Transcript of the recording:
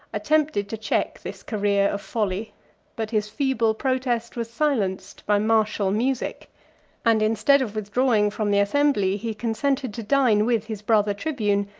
attempted to check this career of folly but his feeble protest was silenced by martial music and instead of withdrawing from the assembly, he consented to dine with his brother tribune,